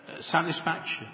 satisfaction